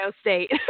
state